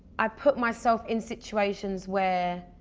i put myself in situations where